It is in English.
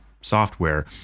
software